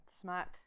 smart